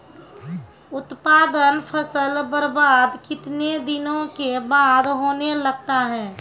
उत्पादन फसल बबार्द कितने दिनों के बाद होने लगता हैं?